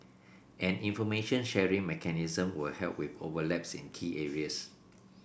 an information sharing mechanism will help with overlaps in key areas